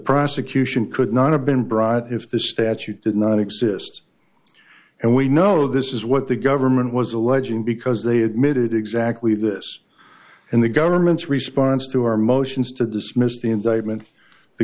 prosecution could not have been brought if the statute did not exist and we know this is what the government was alleging because they admitted exactly this in the government's response to our motions to dismiss the indictment the